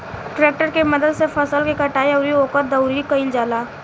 tractor के मदद से फसल के कटाई अउरी ओकर दउरी कईल जाला